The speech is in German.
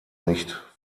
nicht